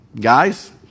guys